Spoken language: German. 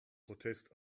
protest